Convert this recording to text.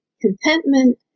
contentment